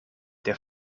der